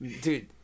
Dude